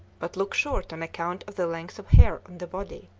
but look short on account of the length of hair on the body.